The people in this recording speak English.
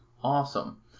Awesome